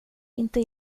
inte